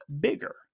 bigger